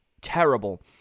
terrible